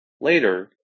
Later